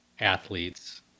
athletes